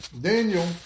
Daniel